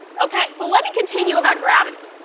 ok, so let me continue about gravity.